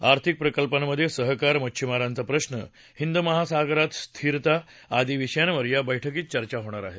आर्थिक प्रकल्पांमध्ये सहकार मच्छीमारांचा प्रश्न हिंद महासागरात स्थिरता आदी विषयांवर या बैठकीत चर्चा होणार आहे